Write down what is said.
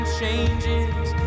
changes